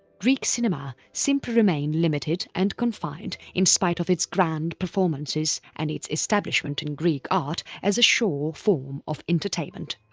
greek cinema simply remained limited and confined, in spite of its grand performances and its establishment in greek art as a sure form of entertainment.